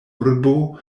urbo